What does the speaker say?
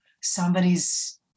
somebody's